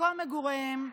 מקום מגוריהם,